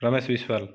Ramesh Biswal